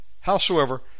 Howsoever